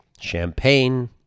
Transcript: Champagne